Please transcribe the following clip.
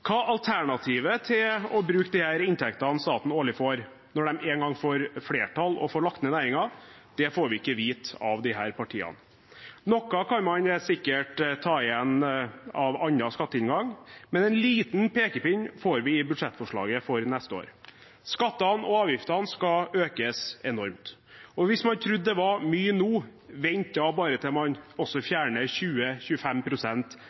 Hva som er alternativet til å bruke disse inntektene staten årlig får, når de en gang får flertall og får lagt ned næringen, får vi ikke vite av disse partiene. Noe kan man sikkert ta igjen av annen skatteinngang, men en liten pekepinn får vi i budsjettforslaget for neste år. Skattene og avgiftene skal økes enormt, og hvis man trodde det var mye nå: Vent da bare til man også